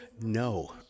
No